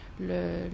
le